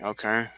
Okay